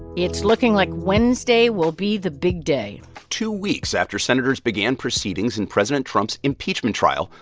it's looking like wednesday will be the big day two weeks after senators began proceedings in president trump's impeachment trial,